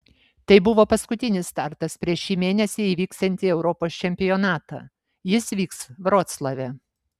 tai buvo paskutinis startas prieš šį mėnesį įvyksiantį europos čempionatą jis vyks vroclave